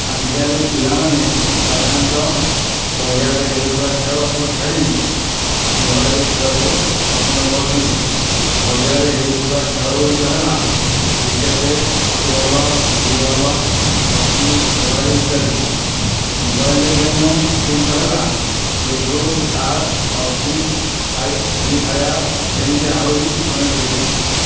ଆଜିକାଲି ପିଲାମାନେ ସାଧାରଣତଃ ପଡ଼ିଆରେ ହେଉଥିବା ଖେଳକୁ ଛାଡ଼ି ମୋବାଇଲ୍ ଖେଳକୁ ପସନ୍ଦ କରୁଛନ୍ତି ପଡ଼ିଆରେ ହେଉଥିବା ଖେଳ ଗୁଡ଼ିକ ହେଲା cricket football volleyball hockey kabaddi ଇତ୍ୟାଦି ମୋବାଇଲ୍ ଗେମ୍ ଗୁଡ଼ିକ ହେଲା ଲୁଡୁ ତାସ୍ ପବଜି ଫ୍ରୀ ଫାୟାର୍ ଏମିତି ଆହୁରି ଅନେକ କିଛି